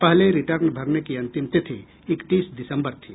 पहले रिटर्न भरने की अंतिम तिथि इकतीस दिसम्बर थी